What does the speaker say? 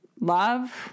love